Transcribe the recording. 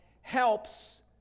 helps